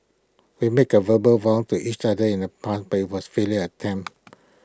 we make A verbal vows to each other in the past but IT was A futile attempt